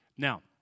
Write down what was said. Now